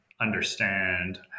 understand